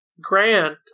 Grant